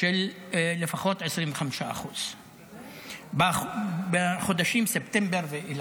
של לפחות 25% בחודשים ספטמבר ואילך.